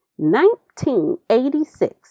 1986